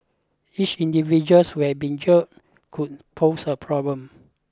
each individuals will been jailed could pose a problem